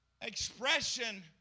Expression